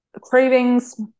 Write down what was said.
cravings